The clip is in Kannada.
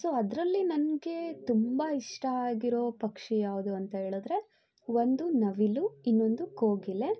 ಸೊ ಅದರಲ್ಲಿ ನನಗೆ ತುಂಬ ಇಷ್ಟ ಆಗಿರೋ ಪಕ್ಷಿ ಯಾವುದು ಅಂತ ಹೇಳದ್ರೆ ಒಂದು ನವಿಲು ಇನ್ನೊಂದು ಕೋಗಿಲೆ